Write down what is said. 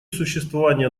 существования